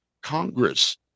Congress